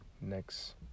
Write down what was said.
next